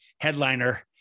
headliner